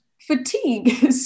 Fatigue